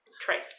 Trace